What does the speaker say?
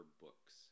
books